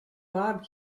bob